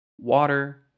water